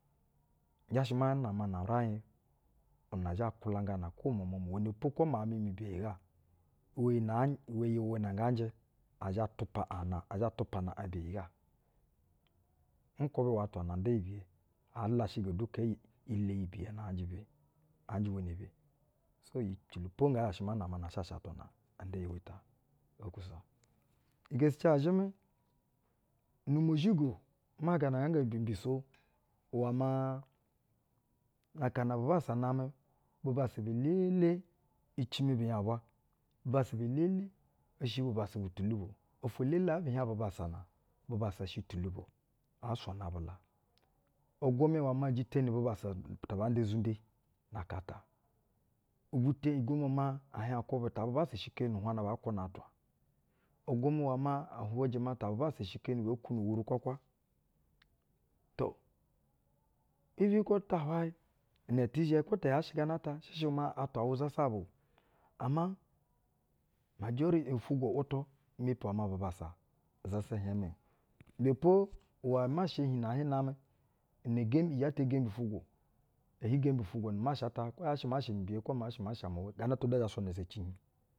N zha shɛ ma nama nu uraiƞ na zhɛ kwulangana kwo umwamwa mu o. Iwɛnɛ po kwo miauƞ mi mi beyi ga iwɛ iyi nɛ aa, iwɛ iyi iwɛ nɛ nga njɛ ɛ zhɛ tupa ana, ɛ zhɛ tupana aƞ beyi ga. Nkwubɛ iwɛ atwa na anda iyi biye na anjɛ beyi an njɛ wenebe. So, iyi, ecilo po nga zha shɛ ma naman a-asha shɛ na a nda iyi iwɛ ta. Okwu sa. Geskiya zhɛmɛ, nu-umozhigo, ma gana nan go go bi mbiso iwɛ maa, na aka na bubassa namɛ, bubassa be-elele i shɛ bubassa bu tulubo, ofwo-elele ɛbi hieƞ bubassa na, bubassa shɛ tulubo aa suyana bu la. i gwumɛ iwɛ maa jiteni bubassa ur tu baa nda izunde na aka ata. Ivwuteni, i gwumɛ maa kwubɛ ta bubassa shikeni nu-uhwaƞna baa kwuna atwa, i gwumɛ iwɛ maa a hwujɛ uwɛ maa ta bubassa shekeni bee-uwuru kwa kwa. To, iven kwo taa hwayɛ inɛ zhɛ, kwo ti yaa shɛ gana ata, shɛ shɛ maa atwa awɛ zasaba o, ama, majori, ufwugwo ‘wutu mepi iwɛ maa bubassa zasa-ihiɛƞmɛ o. Ibɛ po iwɛ masha hiƞ na ahiɛ namɛ inɛ gem, igɛtɛ gembi ufwugo, ehi gembi ufwugo nu umasha mata, kwo yaa shɛ umasha m i biye kwo yaa shɛ umasha mu-uwɛ, gana ata du ɛɛ zhɛ suyana izeci hiƞ.